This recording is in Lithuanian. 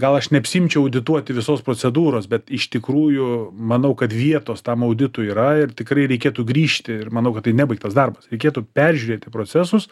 gal aš neapsiimčiau audituoti visos procedūros bet iš tikrųjų manau kad vietos tam auditui yra ir tikrai reikėtų grįžti ir manau kad tai nebaigtas darbas reikėtų peržiūrėti procesus